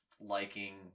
liking